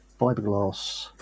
fiberglass